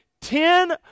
ten